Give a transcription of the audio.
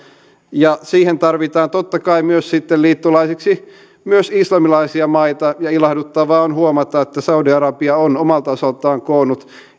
siihen tarvitaan totta kai sitten liittolaisiksi myös islamilaisia maita ja ilahduttavaa on huomata että saudi arabia on omalta osaltaan koonnut